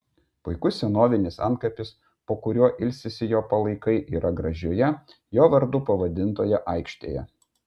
puikus senovinis antkapis po kuriuo ilsisi jo palaikai yra gražioje jo vardu pavadintoje aikštėje